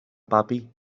babi